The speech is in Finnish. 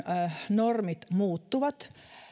normit muuttuvat